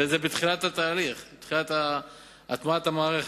וזה בתחילת התהליך, בתחילת הטמעת המערכת.